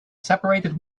separated